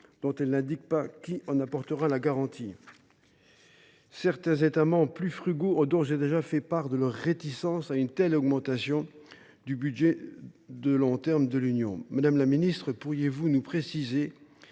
sans que l’on sache qui en apportera la garantie. Certains États membres plus frugaux ont d’ores et déjà fait part de leur réticence à une telle augmentation du budget de long terme de l’Union. Madame la ministre, pourriez vous nous préciser